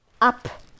up